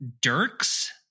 dirks